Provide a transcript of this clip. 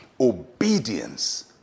Obedience